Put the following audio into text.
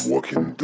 walking